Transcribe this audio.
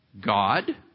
god